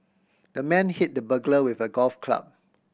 the man hit the burglar with a golf club